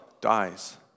dies